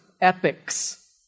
epics